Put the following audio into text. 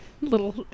little